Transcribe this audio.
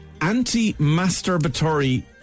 anti-masturbatory